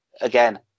again